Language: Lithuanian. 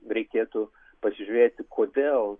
reikėtų pasižiūrėti kodėl